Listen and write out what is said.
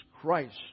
Christ